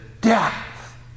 death